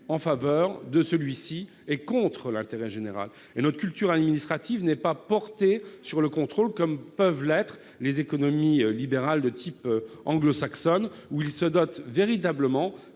en faveur du droit d'entreprendre, contre l'intérêt général. Notre culture administrative n'est pas portée sur le contrôle, comme peuvent l'être les économies libérales de type anglo-saxon, qui se dotent véritablement